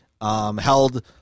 held